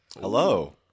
Hello